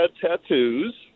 tattoos